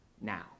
now